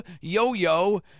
Yo-Yo